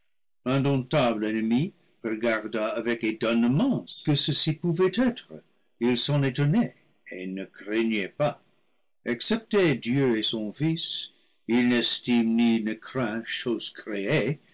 l'indomptable ennemi regarda avec étonnement ce que ceci pouvait être il s'en étonnait et ne craignait pas excepté dieu et son fils il n'estime ni ne craint chose créée